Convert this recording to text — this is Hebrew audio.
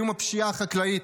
איום הפשיעה החקלאית.